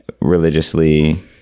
religiously